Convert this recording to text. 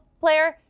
player